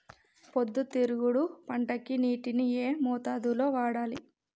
పొద్దుతిరుగుడు పంటకి నీటిని ఏ మోతాదు లో వాడాలి?